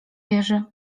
jerzy